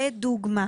אני אתן דוגמה.